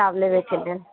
किताब लेबैके लेल